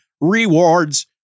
Rewards